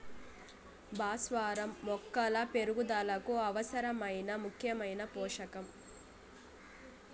భాస్వరం మొక్కల పెరుగుదలకు అవసరమైన ముఖ్యమైన పోషకం